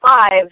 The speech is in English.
five